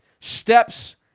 steps